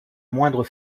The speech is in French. moindre